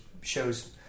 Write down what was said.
shows –